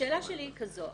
השאלה שלי היא כזאת,